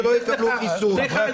שלא יקבלו חיסון.